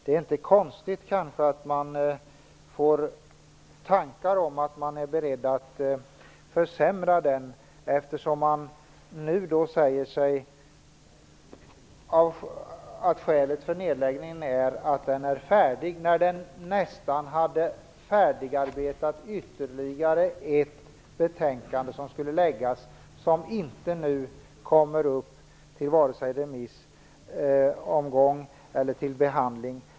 Det är inte konstigt att man får tankar om att de är beredda att försämra den, eftersom det nu sägs att skälet till nedläggningen är att den är färdig. Ändå hade den nästan slutfört ytterligare ett betänkande för framläggande, vilket nu varken kommer att bli föremål för remissomgång eller behandling.